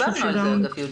תודה על ההערה.